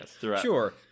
Sure